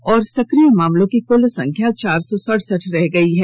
और सक्रिय मामलों की कुल संख्या चार सौ सड़सठ रह गई है